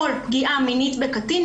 כל פגיעה מינית בקטין,